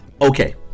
Okay